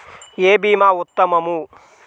ఏ భీమా ఉత్తమము?